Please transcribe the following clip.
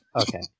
Okay